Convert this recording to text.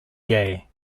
gay